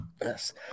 Yes